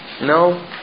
No